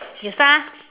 you start ah